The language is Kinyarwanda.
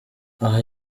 aha